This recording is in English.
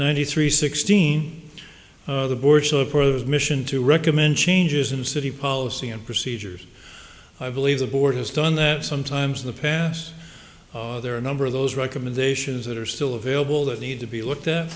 ninety three sixteen the mission to recommend changes in city policy and procedures i believe the board has done that sometimes in the past there are a number of those recommendations that are still available that need to be looked at